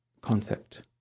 concept